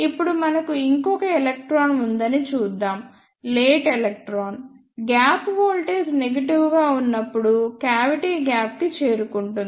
ఇప్పుడు మనకు ఇంకొక ఎలక్ట్రాన్ ఉందని చూద్దాం late electron gap voltage negative గా ఉన్నప్పుడు క్యావిటీ గ్యాప్ కి చేరుకుంటుంది